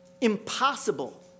impossible